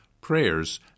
prayers